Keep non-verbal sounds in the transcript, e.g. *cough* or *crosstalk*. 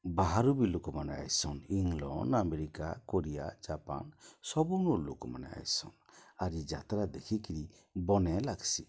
ବାହାରୁ ବି ଲୋକମନେ ଆଏସନ୍ ଇଂଲଣ୍ଡ୍ ଆମେରିକା କୋରିଆ ଜାପାନ୍ ସବୁନୁ ଲୋକ୍ମାନେ ଆଏସନ୍ ଆର୍ ଇ ଯାତ୍ରା ଦେଖିକି *unintelligible* ଲାଗ୍ସି